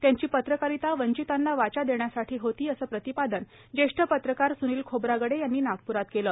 त्यांची पत्रकारिता वंचितांना वाचा देण्यासाठी होती असे प्रतिपादन जेष्ठ पत्रकार सूनिल खोब्रागडे यांनी नागप्रात केले